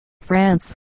France